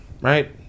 Right